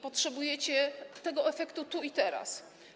Potrzebujecie tego efektu tu i teraz.